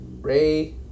Ray